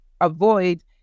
avoid